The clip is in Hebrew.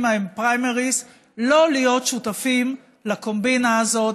בהן פריימריז לא להיות שותפים לקומבינה הזאת,